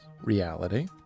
reality